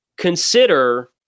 consider